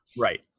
Right